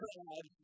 God